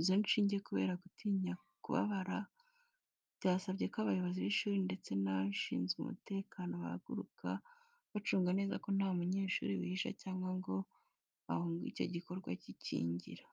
izo nshinge kubera gutinya kubabara, byasabye ko abayobozi b’ishuri ndetse n’abashinzwe umutekano bahaguruka, bacunga neza ko nta munyeshuri wihisha cyangwa ngo ahunge icyo gikorwa cy’ikingira.